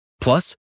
Plus